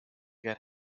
get